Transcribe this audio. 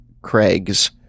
Craig's